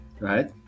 right